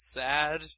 sad